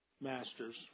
masters